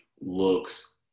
looks